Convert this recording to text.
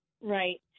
right